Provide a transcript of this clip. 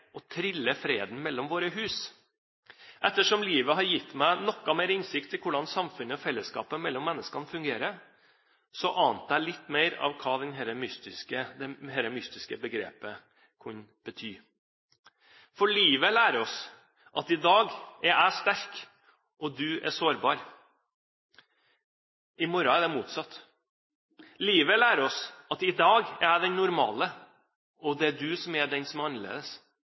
å trille «freden mellom våre hus». Ettersom livet har gitt meg noe mer innsikt i hvordan samfunnet og fellesskapet mellom menneskene fungerer, ante jeg litt mer om hva dette mystiske begrepet kunne bety. Livet lærer oss at i dag er jeg sterk, og du er sårbar. I morgen er det motsatt. Livet lærer oss at i dag er jeg den normale, og du er den som er annerledes.